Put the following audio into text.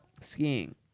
skiing